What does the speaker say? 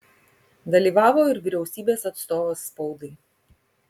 dalyvavo ir vyriausybės atstovas spaudai